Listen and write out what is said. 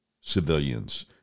civilians